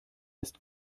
ist